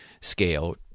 scale